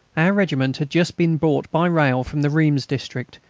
our regiment had just been brought by rail from the reims district,